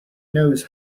knows